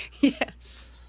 Yes